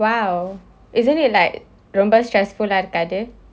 !wow! isn't it like ரொம்ப:romba stressful இருக்காரு:irukkaaru